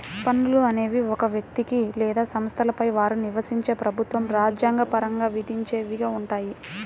పన్నులు అనేవి ఒక వ్యక్తికి లేదా సంస్థలపై వారు నివసించే ప్రభుత్వం రాజ్యాంగ పరంగా విధించేవిగా ఉంటాయి